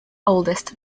oldest